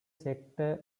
sector